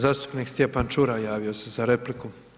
Zastupnik Stjepan Čuraj javio se za repliku.